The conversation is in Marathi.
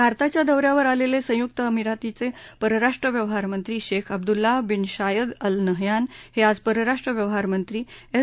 भारताच्या दौ यावर आलेले संयुक्त अरब अमिरातीचे परराष्ट्र व्यवहारमंत्री Sheikh Abdullah bin Zayed Al Nahyan हे आज परराष्ट्र व्यवहारमंत्री एस